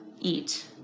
eat